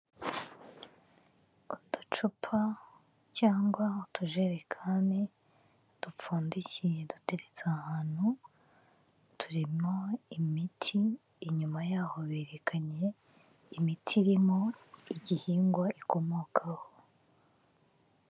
Uducupa cyangwa utujerekani dupfundikiye duteretse ahantu turimo imiti, inyuma yaho berekanye imiti irimo igihingwa ikomokaho.